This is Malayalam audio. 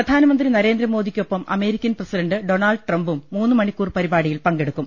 പ്രധാനമന്ത്രി നരേന്ദ്രമോദിക്കൊപ്പം അമേരിക്കൻ പ്രസിഡന്റ് ഡൊണാൾഡ് ട്രംപും മൂന്നുമണി ക്കൂർ പരിപാടിയിൽ പങ്കെടുക്കും